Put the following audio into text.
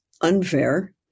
unfair